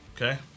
okay